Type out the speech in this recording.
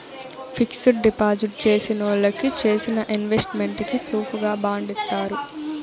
fixed deposit చేసినోళ్ళకి చేసిన investment కి ప్రూఫుగా బాండ్ ఇత్తారు